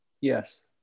Yes